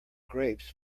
grapes